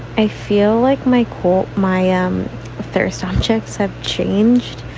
i feel like my cool my um thirst um chicks have changed